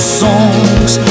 songs